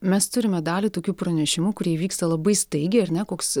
mes turime dalį tokių pranešimų kurie įvyksta labai staigiai ar ne koks